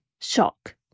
shock